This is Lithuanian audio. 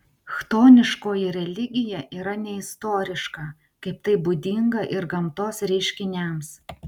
chtoniškoji religija yra neistoriška kaip tai būdinga ir gamtos reiškiniams